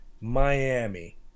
Miami